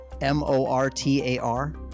m-o-r-t-a-r